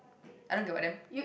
I don't give a damn